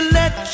let